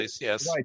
yes